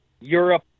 Europe